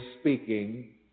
speaking